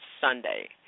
Sunday